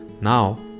Now